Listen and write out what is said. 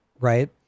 right